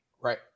Right